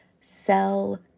cell